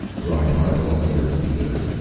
reinhart won't interfere?